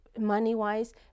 money-wise